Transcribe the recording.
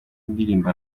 ndirimbo